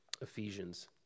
Ephesians